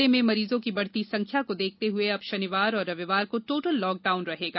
जिले में मरीजों की बढ़ती संख्या को देखते हुए अब शनिवार और रविवार को टोटल लॉकडाउन रहेगा